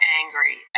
angry